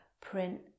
print